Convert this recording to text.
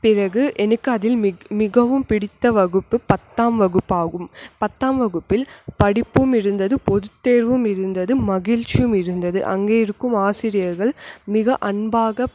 பிறகு எனக்கு அதில் மிக் மிகவும் பிடித்த வகுப்பு பத்தாம் வகுப்பு ஆகும் பத்தாம் வகுப்பில் படிப்பும் இருந்தது பொது தேர்வும் இருந்தது மகிழ்ச்சியும் இருந்தது அங்கே இருக்கும் ஆசிரியர்கள் மிக அன்பாக